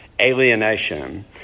alienation